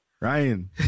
Ryan